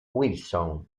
wilson